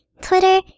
Twitter